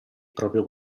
proprio